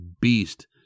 beast